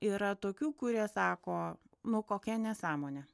yra tokių kurie sako nu kokia nesąmonė